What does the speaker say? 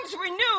renewed